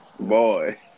Boy